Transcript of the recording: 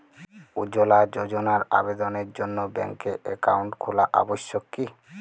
উজ্জ্বলা যোজনার আবেদনের জন্য ব্যাঙ্কে অ্যাকাউন্ট খোলা আবশ্যক কি?